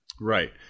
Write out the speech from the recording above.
Right